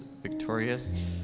victorious